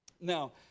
Now